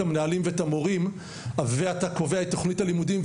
המנהלים ואת המורים אתה קובע את תוכנית הלימודים,